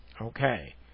okay